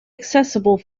accessible